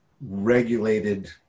regulated